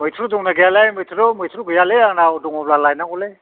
मैथ्रु दंना गैयालै मैथ्रु मैथ्रु गैयालै आंनाव दंङ'बा लायनांगौलै